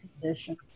condition